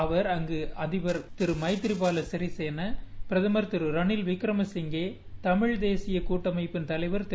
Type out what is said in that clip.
அவர் அங்கு அதிபர் மைத்ரிபால சிறிசேனா பிரதமர் ரளில் விக்ரமசிங்கே தமிழ் தேசிய கூட்டமைப்பின் தலைவர் திரு